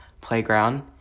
playground